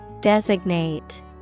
Designate